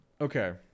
Okay